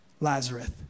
Lazarus